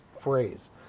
phrase